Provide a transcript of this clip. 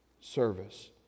service